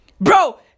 Bro